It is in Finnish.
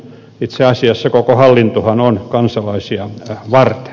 itse asiassa koko hallintohan on kansalaisia varten